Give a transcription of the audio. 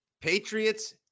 Patriots